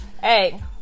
Hey